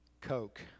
Coke